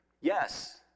Yes